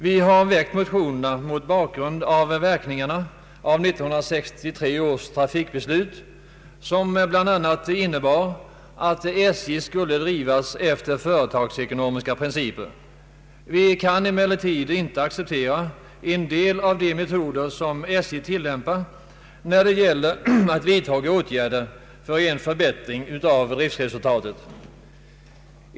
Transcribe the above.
Vi har väckt motionerna mot bakgrunden av verkningarna av 1963 års trafikbeslut, som bl.a. innebar att SJ skulle drivas efter företagsekonomiska principer. Vi kan emellertid inte acceptera en del av de metoder som SJ tilllämpar när det gäller att vidta åtgärder för en förbättring av driftresultatet.